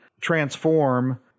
transform